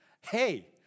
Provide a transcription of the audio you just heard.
Hey